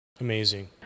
Amazing